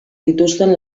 dituzten